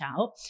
out